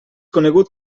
conegut